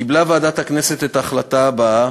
היא קיבלה את ההחלטה שלהלן: